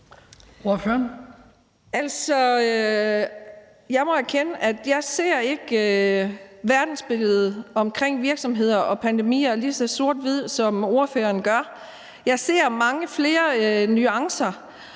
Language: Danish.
at jeg ikke ser verdensbilledet omkring virksomheder og pandemier lige så sort-hvidt, som ordføreren gør. Jeg ser mange flere nuancer,